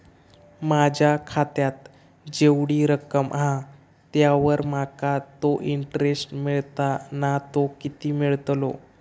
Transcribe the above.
माझ्या खात्यात जेवढी रक्कम हा त्यावर माका तो इंटरेस्ट मिळता ना तो किती मिळतलो?